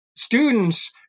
Students